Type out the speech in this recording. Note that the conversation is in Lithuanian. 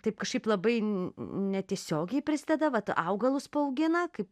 taip kažkaip labai netiesiogiai prisideda vat augalus paaugina kaip